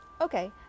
Okay